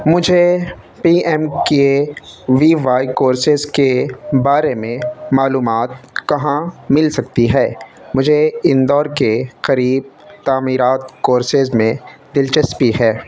مجھے P M K V Y courses کے بارے میں معلومات کہاں مل سکتی ہے مجھے اندور کے قریب تعمیرات کورسز میں دلچسپی ہے